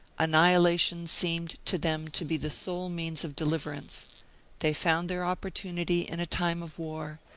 annihilation seemed to them to be the sole means of deliverance they found their opportunity in a time of war,